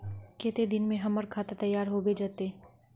केते दिन में हमर खाता तैयार होबे जते?